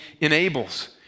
enables